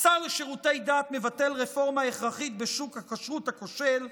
השר לשירותי דת מבטל רפורמה הכרחית בשוק הכשרות הכושל,